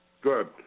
good